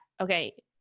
okay